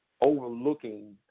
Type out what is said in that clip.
overlooking